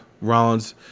Rollins